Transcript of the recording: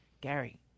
Gary